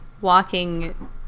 walking